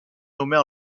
nommés